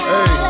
Hey